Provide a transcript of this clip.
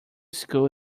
school